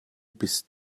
bist